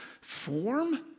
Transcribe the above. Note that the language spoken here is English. form